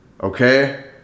Okay